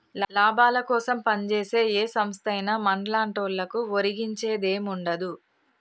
లాభాలకోసం పంజేసే ఏ సంస్థైనా మన్లాంటోళ్లకు ఒరిగించేదేముండదు